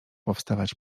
powstawać